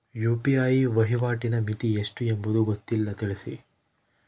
UPI ವಹಿವಾಟಿನ ಮಿತಿ ಎಷ್ಟು ಎಂಬುದು ಗೊತ್ತಿಲ್ಲ? ತಿಳಿಸಿ?